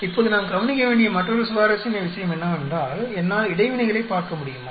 இப்போது நாம் கவனிக்க வேண்டிய மற்றொரு சுவாரஸ்யமான விஷயம் என்னவென்றால் என்னால் இடைவினைகளைப் பார்க்க முடியுமா